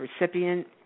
recipient